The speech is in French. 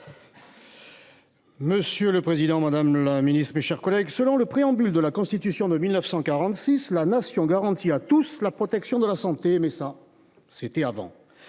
Monsieur le Président Madame la Ministre, mes chers collègues. Selon le préambule de la Constitution de 1946, La nation garantit à tous la protection de la santé, mais ça c'était avant